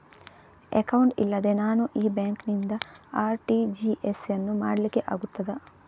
Account ಇಲ್ಲದೆ ನಾನು ಈ ಬ್ಯಾಂಕ್ ನಿಂದ ಆರ್.ಟಿ.ಜಿ.ಎಸ್ ಯನ್ನು ಮಾಡ್ಲಿಕೆ ಆಗುತ್ತದ?